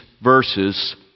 verses